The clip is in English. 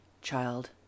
child